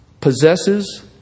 possesses